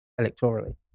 electorally